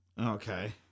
Okay